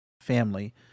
family